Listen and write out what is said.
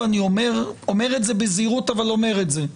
ואני אומר את זה בזהירות אבל אומר את זה,